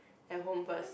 at home first